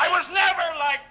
i was never like